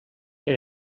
què